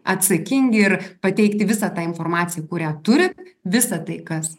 atsakingi ir pateikti visą tą informaciją kurią turit visa tai kas